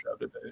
today